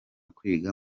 kwiga